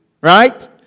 Right